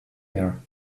air